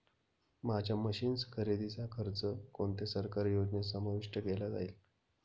माझ्या मशीन्स खरेदीचा खर्च कोणत्या सरकारी योजनेत समाविष्ट केला जाईल?